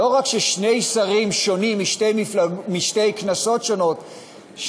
לא רק ששני שרים שונים משתי כנסות שונות,